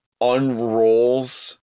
unrolls